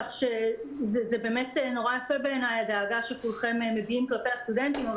כך שזה באמת נורא יפה בעיני הדאגה שכולכם מביעים כלפי הסטודנטים,